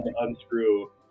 unscrew